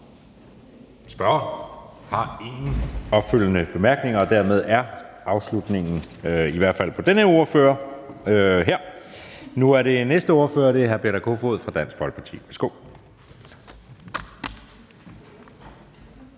Spørgeren har ingen opfølgende bemærkninger. Dermed er det afslutningen på i hvert fald den her ordfører. Nu er det næste ordfører, som er hr. Peter Kofod fra Dansk Folkeparti.